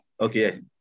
Okay